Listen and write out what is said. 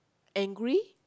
angry